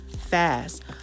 fast